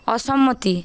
অসম্মতি